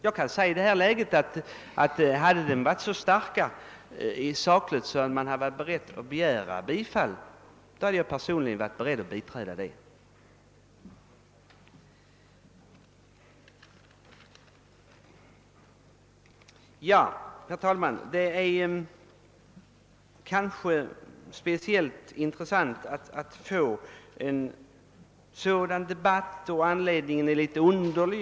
Jag kan i detta läge säga att jag personligen, om de sakliga skälen för motionen varit så starka att motionärerna varit beredda att yrka bifall till förslagen, hade varit beredd att biträda det yrkandet. Herr talman! Det är speciellt intressant att vi får till stånd en sådan debatt.